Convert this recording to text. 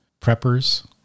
preppers